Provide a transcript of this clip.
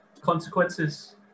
consequences